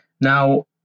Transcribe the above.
Now